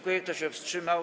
Kto się wstrzymał?